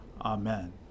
Amen